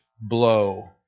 blow